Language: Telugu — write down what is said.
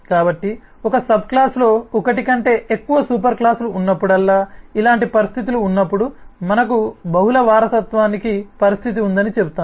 కాబట్టి ఒక సబ్క్లాస్లో ఒకటి కంటే ఎక్కువ సూపర్ క్లాస్లు ఉన్నప్పుడల్లా ఇలాంటి పరిస్థితులు ఉన్నపుడు మనకు బహుళ వారసత్వానికి పరిస్థితి ఉందని చెబుతాము